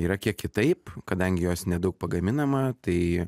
yra kiek kitaip kadangi jos nedaug pagaminama tai